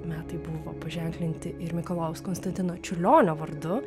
metai buvo paženklinti ir mikalojaus konstantino čiurlionio vardu